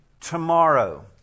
tomorrow